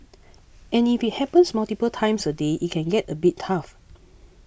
and if it happens multiple times a day it can get a bit tough